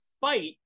fight